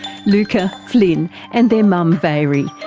luca, flynn and their mum veary,